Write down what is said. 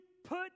put